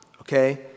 Okay